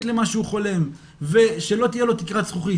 למה שהוא חולם ושלא תהיה לו תקרת זכוכית.